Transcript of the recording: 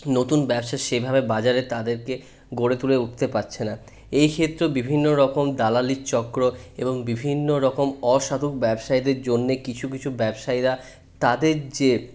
নতুন ব্যবসা সেভাবে বাজারে তাদেরকে গড়ে তুলে উঠতে পারছে না এই ক্ষেত্রে বিভিন্ন রকম দালালির চক্র এবং বিভিন্ন রকম অসাধু ব্যবসায়ীদের জন্য কিছু কিছু ব্যবসায়ীরা তাদের যে